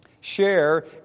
share